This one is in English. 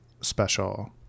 special